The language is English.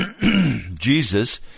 Jesus